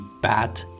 bad